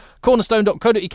cornerstone.co.uk